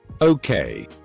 Okay